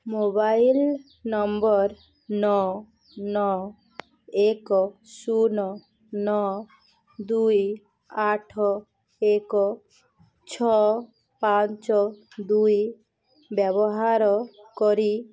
mobile number ନଅ ନଅ ଏକ ଶୂନ ନଅ ଦୁଇ ଆଠ ଏକ ଛଅ ପାଞ୍ଚ ଦୁଇ ବ୍ୟବହାର କରି